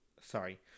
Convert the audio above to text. Sorry